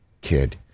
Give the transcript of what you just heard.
kid